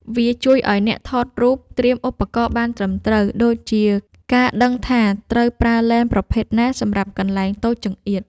វាជួយឱ្យអ្នកថតរូបត្រៀមឧបករណ៍បានត្រឹមត្រូវ ដូចជាការដឹងថាត្រូវប្រើឡេនប្រភេទណាសម្រាប់កន្លែងតូចចង្អៀត។